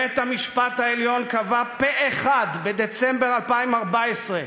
בית-המשפט העליון קבע פה-אחד, בדצמבר 2014,